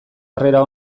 harrera